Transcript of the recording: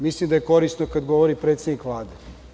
Mislim da je korisno kada govori predsednik Vlade.